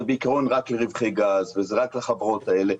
זה בעיקרון רק לרווחי גז וזה רק לחברות האלה,